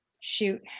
Shoot